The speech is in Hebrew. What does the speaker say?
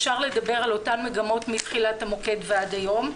אפשר לדבר על אותן מגמות מתחילת המוקד ועד היום.